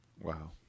Wow